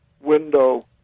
window